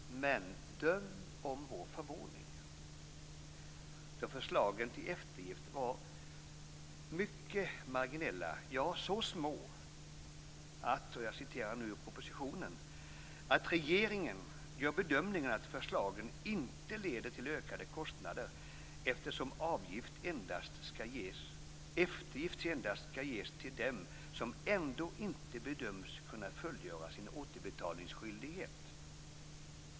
Men döm om vår förvåning då förslagen till eftergift var mycket marginella. De var så små att, och jag citerar nu ur propositionen: "Regeringen gör bedömningen att förslagen inte leder till ökade kostnader eftersom eftergift endast skall ges till dem som ändå inte bedöms kunna fullgöra sin återbetalningsskyldighet."